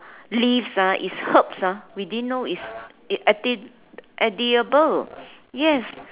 leaves ah is herbs ah we didn't know is if edi~ edible yes